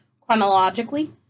chronologically